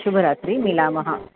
शुभरात्रिः मिलामः